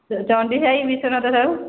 Chandi Sahi Biswanath Sahu